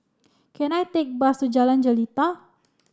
can I take bus Jalan Jelita